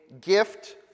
gift